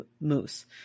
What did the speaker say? moose